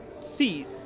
seat